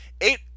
Eight